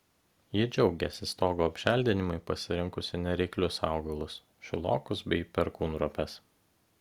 ji džiaugiasi stogo apželdinimui pasirinkusi nereiklius augalus šilokus bei perkūnropes